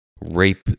rape